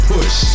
Push